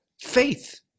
faith